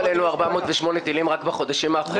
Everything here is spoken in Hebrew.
עלינו 408 טילים רק בחודשים האחרונים?